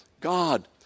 God